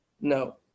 No